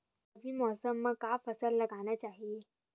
रबी मौसम म का फसल लगाना चहिए?